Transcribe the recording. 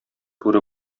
бүре